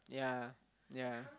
yeah yeah